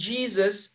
Jesus